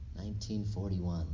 1941